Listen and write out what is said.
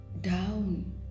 Down